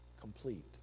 complete